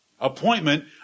appointment